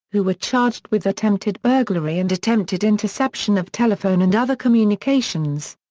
who were charged with attempted burglary and attempted interception of telephone and other communications.